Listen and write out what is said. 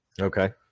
Okay